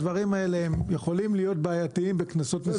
הדברים האלה יכולים להיות בעייתיים בכנסות מסוימות.